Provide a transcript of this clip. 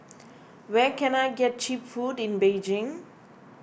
where can I get Cheap Food in Beijing